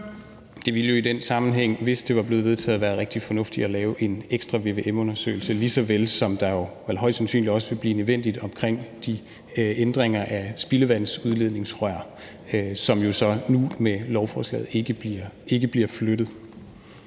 Det ville jo i den sammenhæng, hvis det var blevet vedtaget, have været rigtig fornuftigt at lave en ekstra vvm-undersøgelse, lige såvel som det vel højst sandsynligt også vil blive nødvendigt omkring de ændringer af spildevandsudledningsrør, som jo så nu med lovforslaget ikke bliver flyttet.